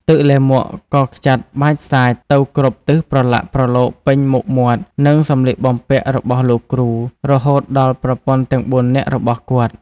ទឹកលាមកក៏ខ្ចាត់បាចសាចទៅគ្រប់ទិសប្រឡាក់ប្រឡូសពេញមុខមាត់ និងសម្លៀកបំពាក់របស់លោកគ្រូ រហូតដល់ប្រពន្ធទាំងបួននាក់របស់គាត់។